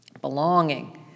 Belonging